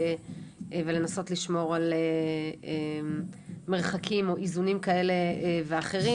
ולנסות לשמור על מרחקים או איזונים כאלה ואחרים,